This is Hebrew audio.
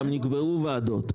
גם נקבעו ועדות.